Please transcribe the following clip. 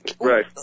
Right